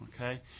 Okay